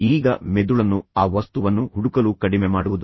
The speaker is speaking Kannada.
ಈಗ ಮೆದುಳನ್ನು ಆ ವಸ್ತುವನ್ನು ಹುಡುಕಲು ಕಡಿಮೆ ಮಾಡುವುದು